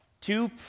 Two